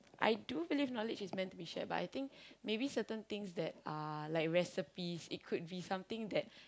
I do believe knowledge is meant to be shared but I think maybe certain things that are like recipes it could be something that